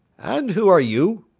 and who are you?